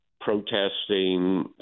protesting